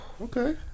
Okay